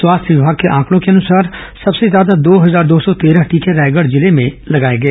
स्वास्थ्य विमाग को आंकड़ो के अनुसार सबसे ज्यादा दो हजार दो सौ तेरह टीके रायगढ़ जिले में लगाए गए